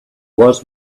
was